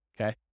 okay